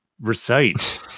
recite